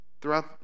throughout